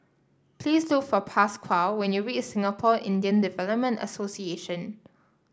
please look for Pasquale when you reach Singapore Indian Development Association